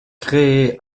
créés